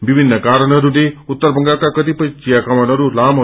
विभिन्न क्ररणहरूले उत्तर बंगालका क्रतिपय वियाकमानहरू लामे